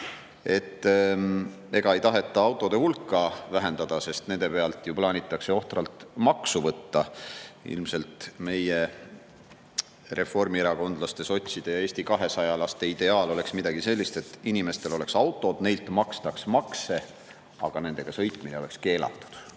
ega ei taheta autode hulka vähendada, sest nende pealt ju plaanitakse ohtralt maksu võtta. Ilmselt meie reformierakondlaste, sotside ja Eesti 200‑laste ideaal oleks midagi sellist, et inimestel oleks autod, neilt makstaks makse, aga nendega sõitmine oleks keelatud.